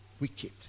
Wicked